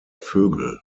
vögel